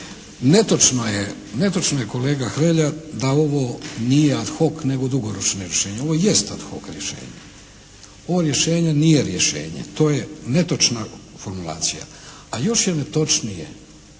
netočno je kolega Hrelja da ovo nije ad hoc nego dugoročno rješenje. Ovo jest ad hoc rješenje. Ovo rješenje nije rješenje. To je netočna formulacija. A još je netočnije